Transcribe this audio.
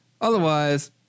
Otherwise